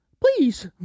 please